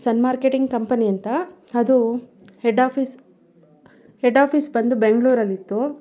ಸನ್ marketing company ಅಂತ ಅದು head office head office ಬಂದು ಬೆಂಗಳೂರಲ್ಲಿತ್ತು